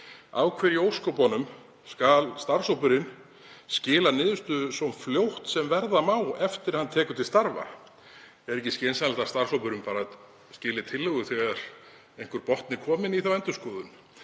Af hverju í ósköpunum skal starfshópurinn skila niðurstöðu svo fljótt sem verða má eftir að hann tekur til starfa? Er ekki skynsamlegt að starfshópurinn skili tillögu þegar einhver botn er kominn í þá endurskoðun?